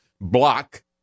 block